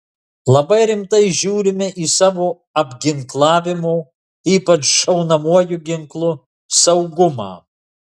labai rimtai žiūrime į savo apginklavimo ypač šaunamuoju ginklu saugumą